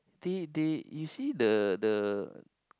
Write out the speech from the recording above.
they they you see the the